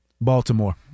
Baltimore